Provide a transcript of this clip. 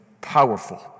powerful